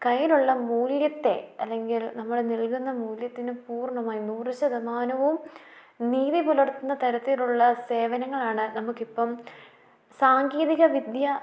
കൈയ്യിലുള്ള മൂല്യത്തെ അല്ലെങ്കിൽ നമ്മൾ നെൽകുന്ന മൂല്യത്തിന് പൂർണ്ണമായും നൂറ് ശതമാനവും നീതി പുലർത്തുന്ന തരത്തിലുള്ള സേവനങ്ങളാണ് നമുക്കിപ്പം സാങ്കേതിക വിദ്യ